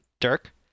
Dirk